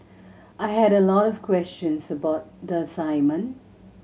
I had a lot of questions about the assignment